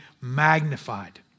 magnified